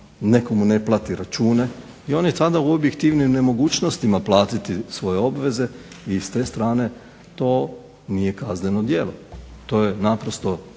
netko mu ne plati račune i on je tada u objektivnim nemogućnostima platiti svoje obveze i s te strane to nije kazneno djelo. To je naprosto